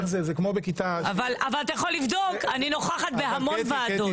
אבל אתה יכול לבדוק אני נוכחת בהמון ועדות.